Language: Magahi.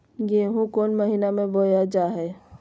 गेहूँ कौन महीना में बोया जा हाय?